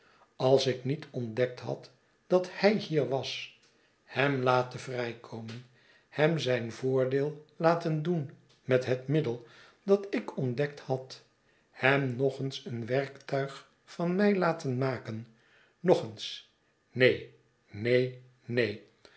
als ik niet ontdekt had dat h ij hier was hem laten vrijkomen hem zijn voordeel laten doen met het middel dat ik ontdekt had h e m nog eens een werktuig van mij laten maken nog eens neen neen neen